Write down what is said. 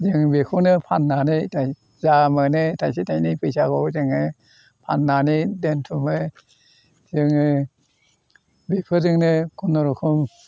जों बेखौनो फान्नानै थाइ जा मोनो थाइसे थाइनै फैसाखौ जोङो फान्नानै दोनथुमो जोङो बेफोरजोंनो खुनुरुखुम